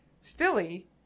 Philly